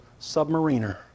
submariner